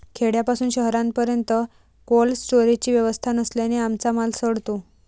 खेड्यापासून शहरापर्यंत कोल्ड स्टोरेजची व्यवस्था नसल्याने आमचा माल सडतो